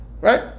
right